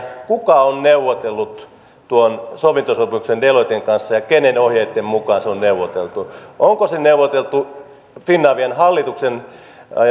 kuka on neuvotellut tuon sovintosopimuksen deloitten kanssa ja kenen ohjeitten mukaan se on neuvoteltu onko se neuvoteltu finavian hallituksen